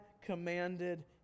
commanded